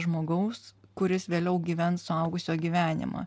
žmogaus kuris vėliau gyvens suaugusio gyvenimą